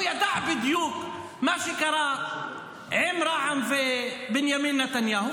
הוא ידע בדיוק מה שקרה עם רע"מ ובנימין נתניהו.